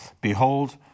Behold